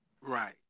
Right